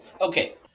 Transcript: Okay